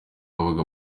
wabaga